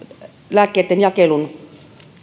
lääkkeitten jakelun